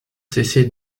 cessé